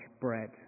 bread